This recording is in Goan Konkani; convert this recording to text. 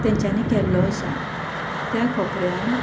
तेंच्यांनी केल्लो आसा त्या कोपऱ्यान